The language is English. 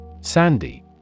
Sandy